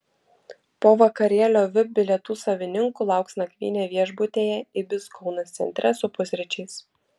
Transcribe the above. po vakarėlio vip bilietų savininkų lauks nakvynė viešbutyje ibis kaunas centre su pusryčiais